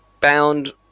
bound